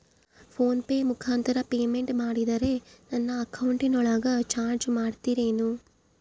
Phone pay ಮುಖಾಂತರ payment ಮಾಡಿದರೆ ನನ್ನ ಅಕೌಂಟಿನೊಳಗ ಚಾರ್ಜ್ ಮಾಡ್ತಿರೇನು?